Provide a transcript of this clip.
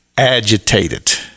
agitated